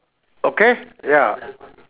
okay ya